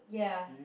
ya